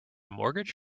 mortgage